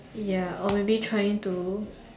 ya or maybe trying to